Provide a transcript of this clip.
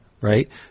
right